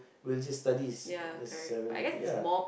religious studies necessarily ya